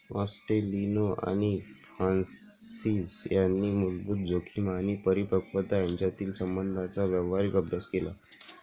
ॲस्टेलिनो आणि फ्रान्सिस यांनी मूलभूत जोखीम आणि परिपक्वता यांच्यातील संबंधांचा व्यावहारिक अभ्यास केला